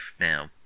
now